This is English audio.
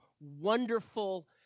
wonderful